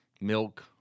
milk